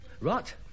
Right